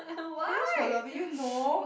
famous for loving you know